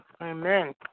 Amen